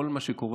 כל מה שקורה,